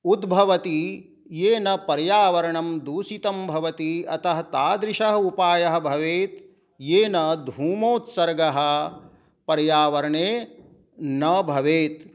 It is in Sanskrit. उद्भवति येन पर्यावरणं दूषितं भवति अतः तादृशः उपायः भवेत् येन धूमोत्सर्गः पर्यावरणे न भवेत्